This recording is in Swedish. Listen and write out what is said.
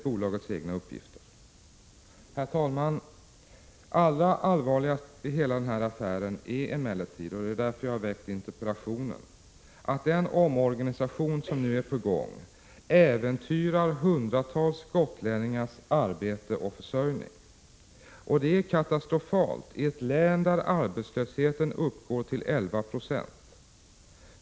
Herr talman! Allra allvarligast i hela den här affären är emellertid att den omorganisation som nu är på gång äventyrar hundratals gotlänningars arbete och försörjning. Detta är katastrofalt i ett län där arbetslösheten uppgår till 11 90.